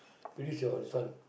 release your this one